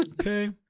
Okay